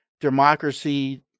democracy